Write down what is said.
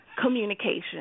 Communication